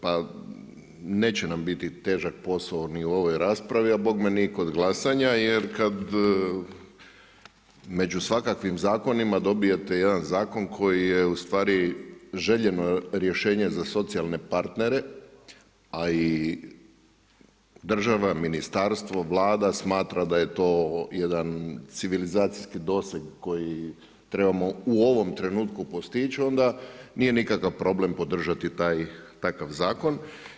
Pa neće nam biti težak posao ni u ovoj raspravi a bogme ni kod glasanja jer kad među svakakvim zakonima dobijete jedan zakon koji je ustvari željeno rješenje za socijalne partnere a i država, ministarstvo, Vlada smatra da je to jedan civilizacijski doseg koji trebamo u ovom trenutku postići onda nije nikakav problem podržati takav zakon.